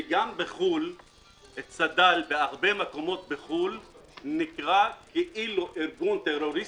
שבחוץ לארץ צד"ל בהרבה מקומות נקרא כאילו ארגון טרור.